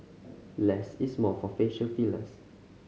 less is more for facial fillers